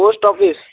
post office